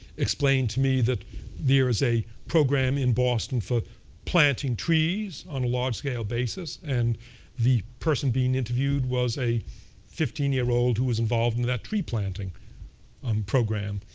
explained to me that there is a program in boston for planting trees on a large-scale basis. and the person being interviewed was a fifteen year old who was involved in that tree planting um program.